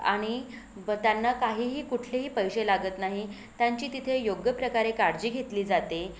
आणि ब त्यांना काहीही कुठलीही पैसे लागत नाही त्यांची तिथे योग्य प्रकारे काळजी घेतली जाते